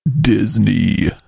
Disney